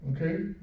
Okay